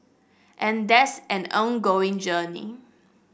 and that's an ongoing journey